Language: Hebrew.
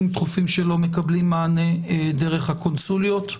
דחופים שלא מקבלים מענה דרך הקונסוליות.